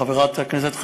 חברת הכנסת חנין,